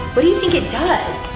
what do you think it does?